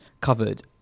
covered